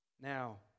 now